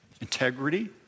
integrity